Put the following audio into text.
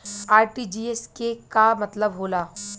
RTGS के का मतलब होला?